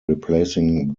replacing